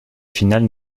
finale